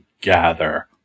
gather